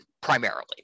primarily